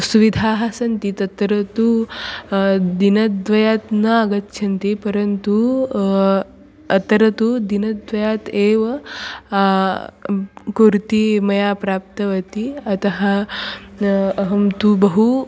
सुविधाः सन्ति तत्र तु दिनद्वये न आगच्छन्ति परन्तु अत्र तु दिनद्वये एव कुर्ती मया प्राप्तवती अतः अहं तु बहु